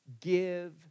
Give